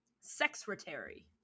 Secretary